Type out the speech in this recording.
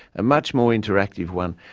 a much more interactive one,